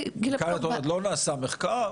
כאן לא נעשה מחקר,